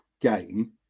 game